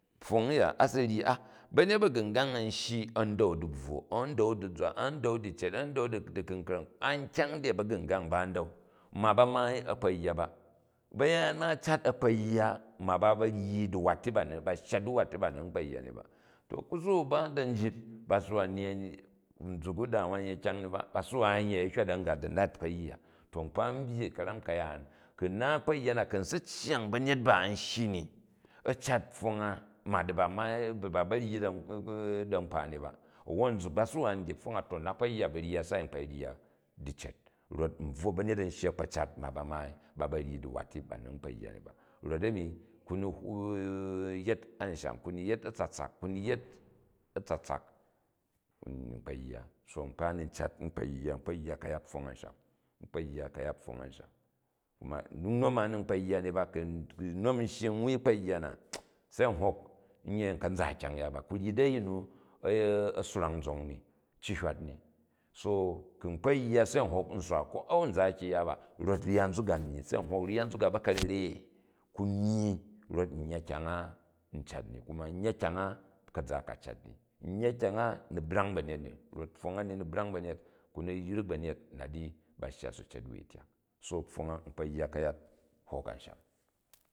Pfong a̱ya asi ryi a, ba̱nyet ba̱gu̱ngang an shyi an da̱n di bvwo, a̱n da̱u di zwa, a̱n da̱u di cet, a̱n da̱u di diku̱nkra̱ng, an kyang dei ba̱gu̱ngang ba n da̱u. Nda ba maai a̱ kpo yya ba, bayaan ma a cat a̱ kpo yya, ma ba ba̱ ryi duwat ti bani, ba shya diwat ti ba ni n kpo yya ni ba. To ku si wu ba da̱ njit ba wa nyiyai, nzuk u di a wa yet kyang ni ba, ba si wa n yei a hywa da m ga, da̱ nat u̱ kpo yya, to nkpa n byyi ka̱ram kayaan. Ku n na kpo yya na ku̱ n si cyang ba̱nyet ba an shyi ni a̱ cat pfong ma di ba maai, di ba ba̱ ryi da̱ nkpa ni ba guwo, nzuk ba si wa n dyi pfong a, o nna kpo yya ba rya sai u kpo yya di cat rot n bvwo ba̱nyet an shyi a̱ kpo cat ma ba maai, ba ba ryi diwat ti bani u kpo yyan ni ba. Kot a̱nmi kuni yet an sham, kuni yet a̱tsatsak, thni yet a̱tsatsak n kpo yya, so n kpa n ni cat p kpo yya, n kpo yya kayat pfong ansham, n kpo yya ka̱yat pfong ansham. Kuma dik noma, nni kpo yya ni ba, thil nom n shyi n wui kpo yya na se n hok nye n ka̱za kyang-ya ba, ku ryi di a̱yin me a̱ swrang zong ni cihywat ni so ku̱ n kpo yya se n hok nswa am n za kyang-ya ba rot rya nzuk myyi, se n hok rya nzuk a bakarere ku myyi, rot n yya kyang a n cat ni kuma a yya kyang a ka̱za ka cat ni, n yya kyang a ni brang ba̱nyet, ni rot pfong a ni, ni bra̱ng banyet, ku ni yrik ba̱nyet nat i, ba thya sucet wai tyak so pfong a, n kpo yya kayat hok ansham.